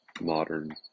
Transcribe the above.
modern